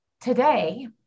Today